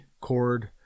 chord